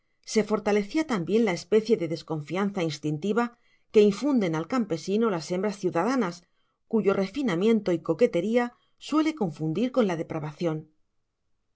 se fortalecía también la especie de desconfianza instintiva que infunden al campesino las hembras ciudadanas cuyo refinamiento y coquetería suele confundir con la depravación